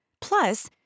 Plus